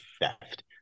theft